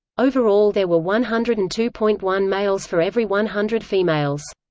overall there were one hundred and two point one males for every one hundred females.